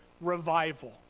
revival